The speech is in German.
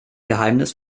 geheimnis